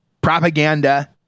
propaganda